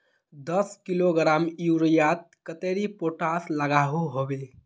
दस किलोग्राम यूरियात कतेरी पोटास लागोहो होबे?